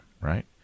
right